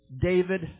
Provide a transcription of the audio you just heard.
David